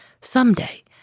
someday